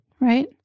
Right